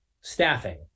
staffing